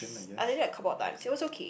I did that couple of times it was okay